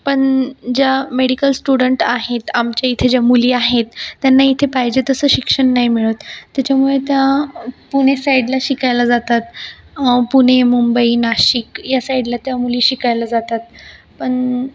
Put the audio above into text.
पण ज्या medical student आहेत आमच्या इथे ज्या मुली आहेत त्यांना इथे पाहिजे तसं शिक्षण नाही मिळत त्याच्यामुळे त्या पुणे साईडला शिकायला जातात पुणे मुंबई नाशिक या साईडला त्या मुली शिकायला जातात पण